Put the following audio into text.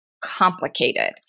complicated